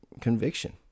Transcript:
conviction